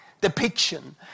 depiction